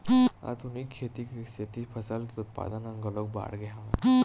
आधुनिक खेती के सेती फसल के उत्पादन ह घलोक बाड़गे हवय